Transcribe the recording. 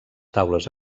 taules